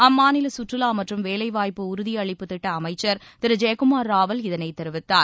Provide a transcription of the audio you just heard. அம்மாநில கற்றுலா மற்றும் வேலைவாய்ப்பு உறுதி அளிப்பு திட்ட அமைச்சர் திரு ஜெய்குமார் ராவல் இதனைத் தெரிவித்தார்